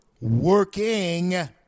working